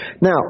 Now